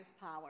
power